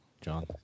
John